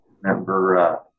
Remember